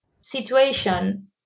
situation